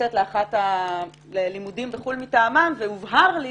לצאת ללימודים בחוץ-לארץ מטעמם, והובהר לי